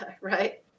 Right